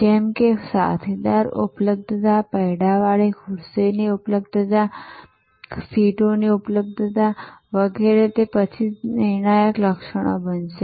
જેમ કે સાથીદારની ઉપલબ્ધતા પૈડાવાળી ખુરશીની ઉપલબ્ધતા સીટોની ઉપલબ્ધતા વગેરે તે પછી નિર્ણાયક લક્ષણો બનશે